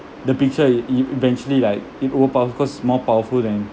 the picture it it eventually like it overpower cause more powerful than